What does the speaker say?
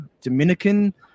Dominican